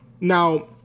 Now